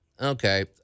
Okay